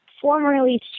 formerly